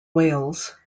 wales